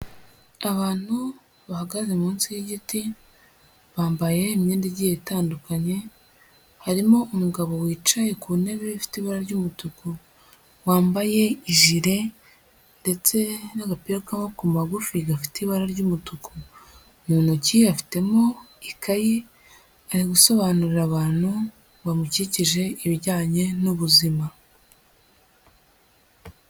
Abantu bahagaze munsi y'igiti, bambaye imyenda igiye itandukanye, harimo umugabo wicaye ku ntebe ifite ibara ry'umutuku, wambaye ijire ndetse n'agapira k'amaboko magufi gafite ibara ry'umutuku. Mu ntoki afitemo ikayi, ari gusobanurira abantu bamukikije ibijyanye n'ubuzima.